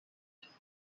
speech